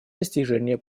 достижения